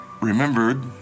remembered